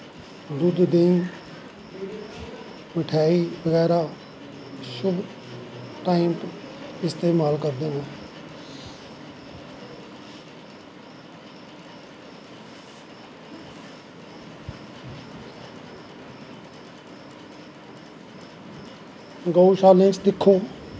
दुध्द देंही मिठाई बगैरा शुभ टाईम पर इस्तेमाल करदे न गौ शालें च दिक्खो